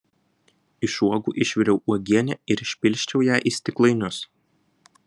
iš uogų išviriau uogienę ir išpilsčiau ją į stiklainius